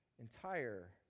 entire